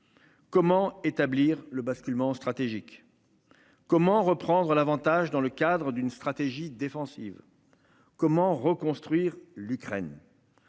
Comment établir le basculement stratégique. Comment reprendre l'Avantage dans le cadre d'une stratégie défensive. Comment reconstruire l'Ukraine.